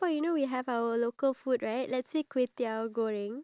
oh I want us to try the satay